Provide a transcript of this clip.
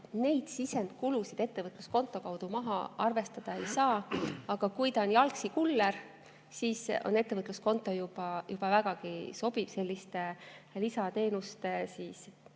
Neid sisendkulusid ettevõtluskonto kaudu maha arvestada ei saa. Aga kui ta on jalgsi [töötav] kuller, siis on ettevõtluskonto vägagi sobiv selliste lisateenuste